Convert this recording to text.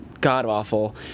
god-awful